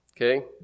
Okay